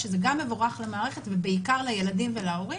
שזה גם מבורך למערכת ובעיקר לילדים ולהורים.